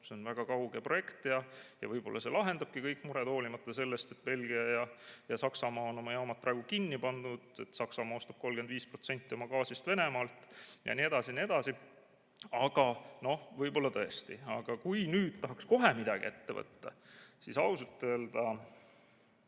see on väga kauge projekt, mis võib-olla lahendabki kõik mured, hoolimata sellest, et Belgia ja Saksamaa on oma jaamad praegu kinni pannud, Saksamaa ostab 35% gaasist Venemaalt ja nii edasi. Võib-olla tõesti. Aga kui tahaks kohe midagi ette võtta, siis ausalt öelda